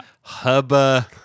Hubba